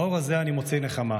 באור הזה אני מוצא נחמה.